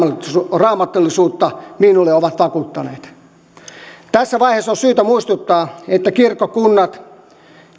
raamatullisuutta minulle on vakuuttanut tässä vaiheessa on syytä muistuttaa että kirkkokunnat